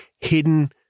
hidden